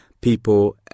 people